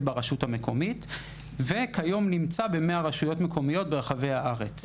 ברשות המקומית וכיום נמצא ב-100 רשויות מקומיות ברחבי הארץ.